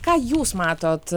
ką jūs matot